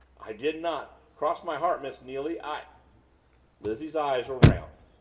i did not cross my heart, miss neily i lizzie's eyes were round,